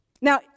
Now